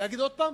להגיד עוד פעם?